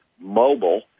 mobile